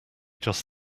just